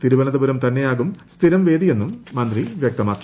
തിരുവനന്തപുരം തന്നെയാവും സ്ഥിരവേദിയെന്നും മന്ത്രീ വൃക്തമാക്കി